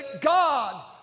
God